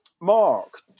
Mark